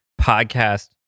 podcast